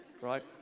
right